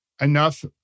enough